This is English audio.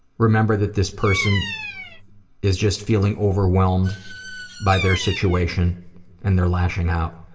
remember that this person is just feeling overwhelmed by their situation and they're lashing out,